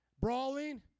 brawling